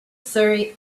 surrey